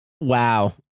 Wow